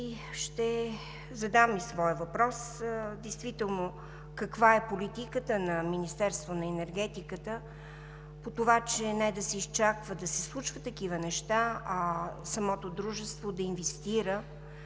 Ще задам и своя въпрос: каква е политиката на Министерството на енергетиката да не се изчаква да се случват такива неща, а самото дружество да инвестира